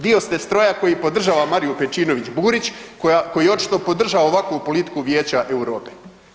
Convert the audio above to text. Dio ste stroja koji podržava Mariju Pejčinović Burić, koji očito podržava ovakvu politiku Vijeća Europe.